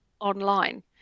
online